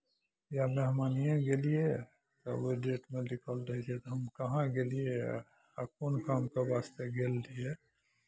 या मेहमानिए गेलियै तऽ ओहि डेटमे लिखल रहै छै जे हम कहाँ गेलियै आ कोन कामके वास्ते गेल रहियै